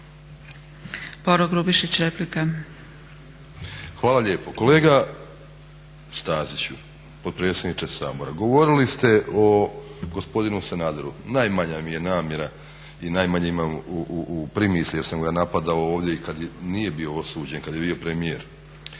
Boro (HDSSB)** Hvala lijepo. Kolega Staziću, potpredsjedniče Sabora, govorili ste o gospodinu Sanaderu, najmanja mi je namjera i najmanje imam u primisli jer sam ga napadao ovdje i kad nije bio osuđen, kad je bio premijer.